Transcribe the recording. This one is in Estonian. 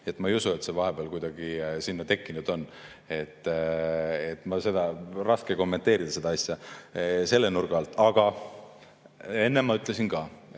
Ma ei usu, et see vahepeal kuidagi sinna tekkinud on. Nii raske kommenteerida seda asja selle nurga alt. Aga enne ma ütlesin,